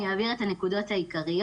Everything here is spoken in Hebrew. אני אעביר את הנקודות העיקריות.